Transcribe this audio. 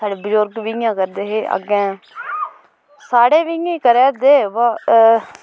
साढ़े बुजुर्ग बी इ'यां करदे अग्गें साढ़े बी इ'यां करा दे अवा